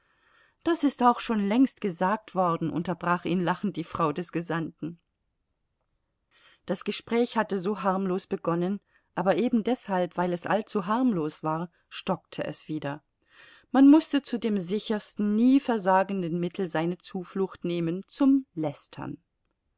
das ist auch schon längst gesagt worden unterbrach ihn lachend die frau des gesandten das gespräch hatte so harmlos begonnen aber ebendeshalb weil es allzu harmlos war stockte es wieder man mußte zu dem sichersten nie versagenden mittel seine zuflucht nehmen zum lästern